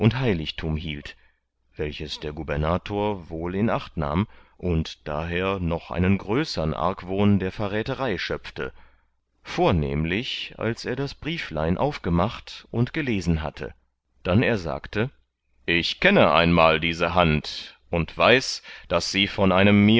heiligtum hielt welches der gubernator wohl in acht nahm und daher noch einen größern argwohn der verräterei schöpfte vornehmlich als er das brieflein aufgemacht und gelesen hatte dann er sagte ich kenne einmal diese hand und weiß daß sie von einem